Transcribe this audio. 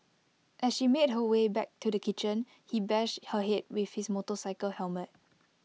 as she made her way back to the kitchen he bashed her Head with his motorcycle helmet